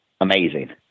amazing